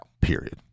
period